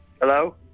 Hello